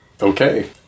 Okay